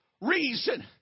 reason